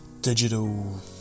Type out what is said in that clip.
Digital